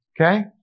Okay